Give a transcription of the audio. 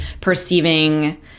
perceiving